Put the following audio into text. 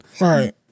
Right